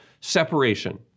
separation